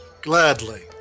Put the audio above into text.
Gladly